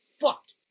fucked